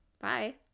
Bye